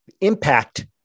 impact